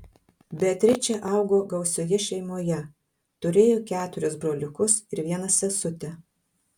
beatričė augo gausioje šeimoje turėjo keturis broliukus ir vieną sesutę